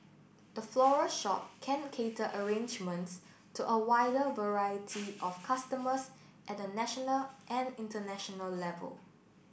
the floral shop can cater arrangements to a wider variety of customers at a national and international level